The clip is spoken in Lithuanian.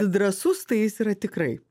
drąsus tai jis yra tikrai